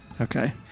Okay